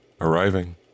arriving